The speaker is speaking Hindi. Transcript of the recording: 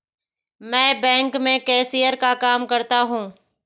मैं बैंक में कैशियर का काम करता हूं